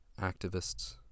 activists